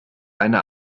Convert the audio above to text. eine